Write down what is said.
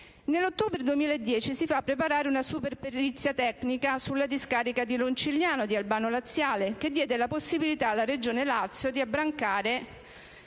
nell'ottobre 2010 si fa preparare una superperizia tecnica sulla discarica di Roncigliano (Albano Laziale), che diede la possibilità alla Regione Lazio di abbancare